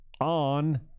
on